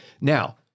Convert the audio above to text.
Now